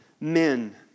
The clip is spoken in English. Men